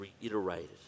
reiterated